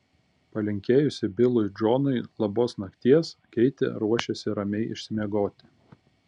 palinkėjusi bilui džonui labos nakties keitė ruošėsi ramiai išsimiegoti